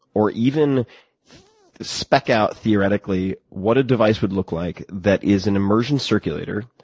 or even spec out theoretically what a device would look like that is an immersion circulator,